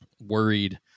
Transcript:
worried